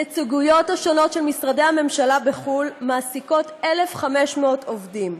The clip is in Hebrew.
הנציגויות השונות של משרדי הממשלה בחו"ל מעסיקות 1,500 עובדים.